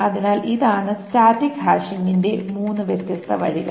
അതിനാൽ ഇതാണ് സ്റ്റാറ്റിക് ഹാഷിംഗിന്റെ മൂന്ന് വ്യത്യസ്ത വഴികൾ